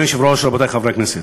אדוני היושב-ראש, רבותי חברי כנסת,